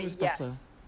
yes